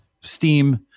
steam